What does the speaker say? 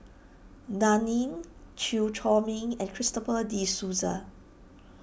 Dan Ying Chew Chor Meng and Christopher De Souza